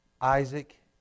Isaac